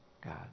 God